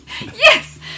yes